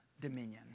dominion